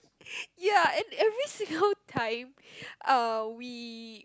ya and every single time uh we